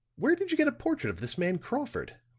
where did you get a portrait of this man crawford?